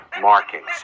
markings